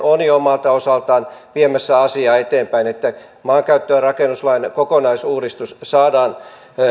on jo omalta osaltaan viemässä asiaa eteenpäin että maankäyttö ja rakennuslain kokonaisuudistus saadaan